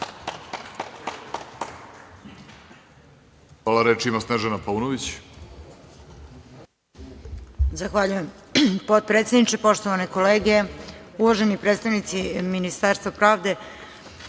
Hvala. Reč ima Snežana Paunović.